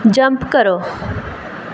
jump करो